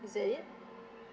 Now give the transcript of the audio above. is that it